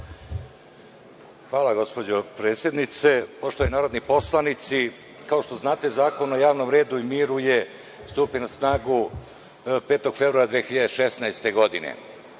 Hvala, gospođo predsednice. Poštovani narodni poslanici, kao što znate, Zakon o javnom redu i miru je stupio na snagu 5. februara 2016. godine